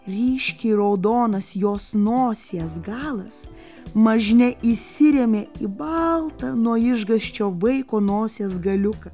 ryškiai raudonas jos nosies galas mažne įsirėmė į baltą nuo išgąsčio vaiko nosies galiuką